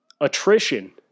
attrition